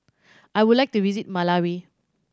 I would like to visit Malawi